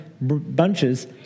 bunches